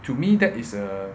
to me that is a